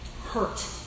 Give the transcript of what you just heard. hurt